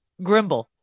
grimble